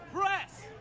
press